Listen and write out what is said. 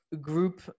Group